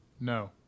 No